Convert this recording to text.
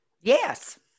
Yes